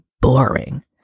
boring